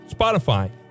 Spotify